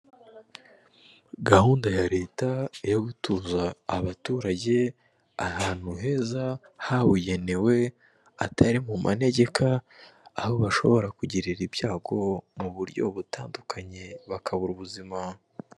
Gahunda ya leta yo gutuza abaturage ahantu heza habugenewe, atari mu manegeka aho bashobora kugirira ibyago mu buryo butandukanye bakabura ubuzima.